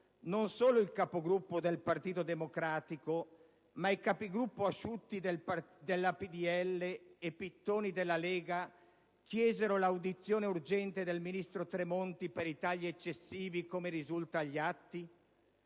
non solo il Capogruppo del Partito Democratico, ma il capogruppo del PdL Asciutti e quello della Lega Pittoni chiesero l'audizione urgente del ministro Tremonti per i tagli eccessivi, come risulta agli atti?